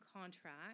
contract